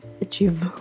achieve